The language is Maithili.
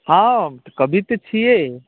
हँ हम तऽ कवि तऽ छियै